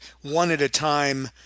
one-at-a-time